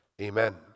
Amen